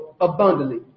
abundantly